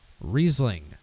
Riesling